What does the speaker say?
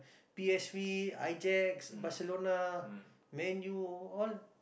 p_s_v I Jax Barcelona Man-U all